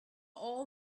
all